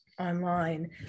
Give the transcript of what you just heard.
online